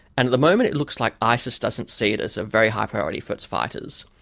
and at the moment it looks like isis doesn't see it as a very high priority for its fighters,